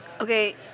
Okay